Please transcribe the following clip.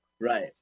Right